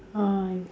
uh